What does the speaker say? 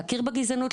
להכיר בגזענות,